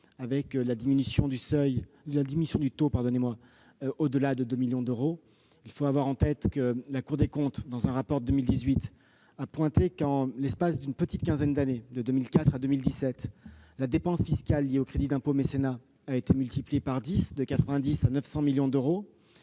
de réduction d'impôt au-delà de 2 millions d'euros. La Cour des comptes, dans un rapport de 2018, a pointé que, en l'espace d'une petite quinzaine d'années, de 2004 à 2017, la dépense fiscale liée au crédit d'impôt mécénat a été multipliée par dix, passant de 90 millions d'euros